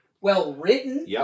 well-written